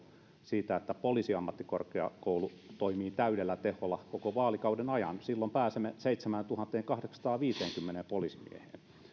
siitä että poliisiammattikorkeakoulu toimii täydellä teholla koko vaalikauden ajan silloin pääsemme seitsemääntuhanteenkahdeksaansataanviiteenkymmeneen poliisimieheen